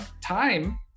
time